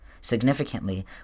Significantly